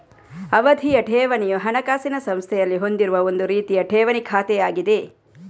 ಅವಧಿಯ ಠೇವಣಿಯು ಹಣಕಾಸಿನ ಸಂಸ್ಥೆಯಲ್ಲಿ ಹೊಂದಿರುವ ಒಂದು ರೀತಿಯ ಠೇವಣಿ ಖಾತೆಯಾಗಿದೆ